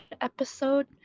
episode